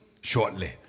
shortly